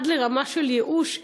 עד לרמה של ייאוש,